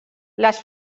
las